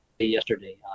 yesterday